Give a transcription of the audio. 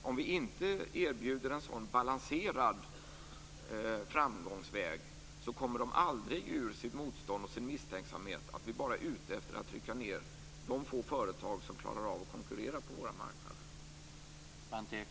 Om vi inte erbjuder en sådan balanserad framgångsväg kommer de aldrig ur sitt motstånd och sin misstänksamhet att vi bara är ute efter att trycka ned de få företag som klarar av att konkurrera på våra marknader.